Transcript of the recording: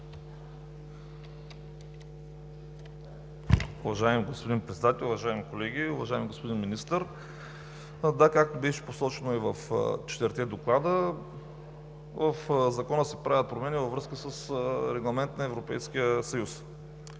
Уважаеми господин Председател, уважаеми колеги, уважаеми господин Министър! Да, както беше посочено и в четирите доклада, в Закона се правят промени във връзка с Регламент на Европейския съюз